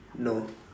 no